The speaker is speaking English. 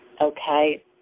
Okay